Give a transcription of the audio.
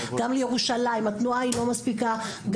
גם לירושלים התנועה היא לא מספיקה,